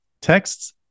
Texts